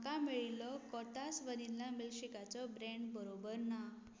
म्हाका मेळिल्लो कोथास वनिल्ला मिल्कशेकाचो ब्रँड बरोबर ना